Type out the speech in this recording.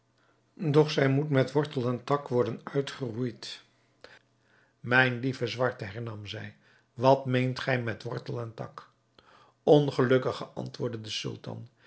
doch zij moet met wortel en tak worden uitgeroeid mijn lieve zwarte hernam zij wat meent gij met wortel en tak ongelukkige antwoordde de sultan